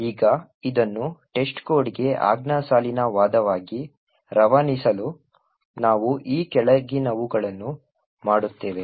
ಈಗ ಇದನ್ನು testcode ಗೆ ಆಜ್ಞಾ ಸಾಲಿನ ವಾದವಾಗಿ ರವಾನಿಸಲು ನಾವು ಈ ಕೆಳಗಿನವುಗಳನ್ನು ಮಾಡುತ್ತೇವೆ